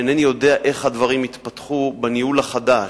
אינני יודע איך הדברים יתפתחו בניהול החדש.